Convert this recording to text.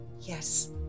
Yes